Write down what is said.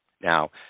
Now